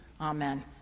Amen